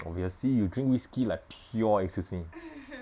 obviously you drink whisky like pure excuse me